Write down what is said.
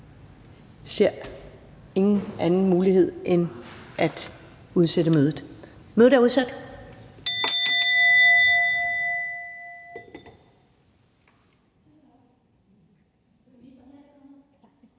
ser ingen anden mulighed end at udsætte mødet. Mødet er udsat.